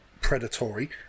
predatory